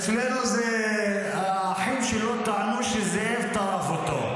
אצלנו, האחים שלו טענו שזאב טרף אותו.